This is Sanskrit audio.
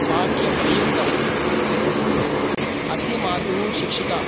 वाक्यं प्रयुक्तम् इत्युक्ते अस्य मातुः शिक्षिका